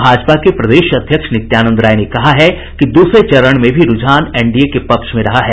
भाजपा के प्रदेश अध्यक्ष नित्यानंद राय ने कहा है कि दूसरे चरण में भी रूझान एनडीए के पक्ष में रहा है